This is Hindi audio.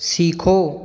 सीखो